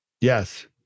Yes